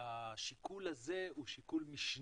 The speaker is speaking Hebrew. השיקול הזה הוא שיקול משני.